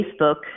Facebook